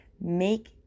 Make